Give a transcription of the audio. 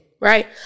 right